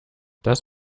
das